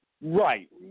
Right